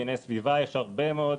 דיני סביבה יש הרבה מאוד,